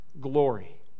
glory